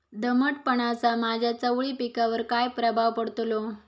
दमटपणाचा माझ्या चवळी पिकावर काय प्रभाव पडतलो?